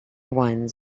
ones